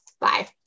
bye